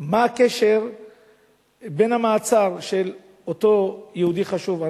מה הקשר בין המעצר של אותו יהודי חשוב,